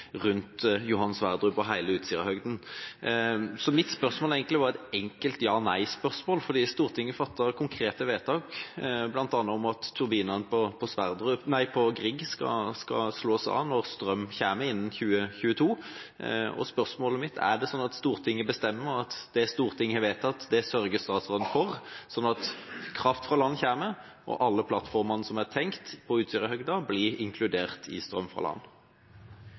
rundt Johan Sverdrup og hele Utsirahøyden. Så mitt spørsmål er egentlig bare et enkelt ja- eller nei- spørsmål, for Stortinget fattet konkrete vedtak, bl.a. om at turbinene på Edvard Grieg skal slås av når strøm kommer innen 2022. Er det sånn at Stortinget bestemmer at det Stortinget har vedtatt, det sørger statsråden for, sånn at kraft fra land kommer, og at alle plattformene som er tenkt på Utsirahøyden, blir inkludert i strøm fra land?